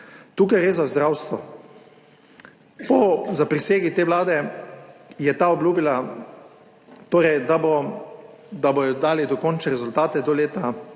Tu gre za zdravstvo. Po zaprisegi te vlade je le-ta obljubila, da bodo dali dokončne rezultate do leta